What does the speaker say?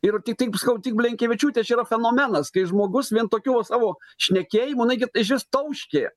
ir tik taip skau tik blinkevičiūtės čia yra fenomenas kai žmogus vien tokiu va savo šnekėjimu jinai gi išvis tauškė